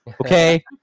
okay